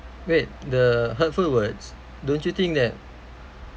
wait the hurtful words don't you think that